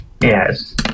Yes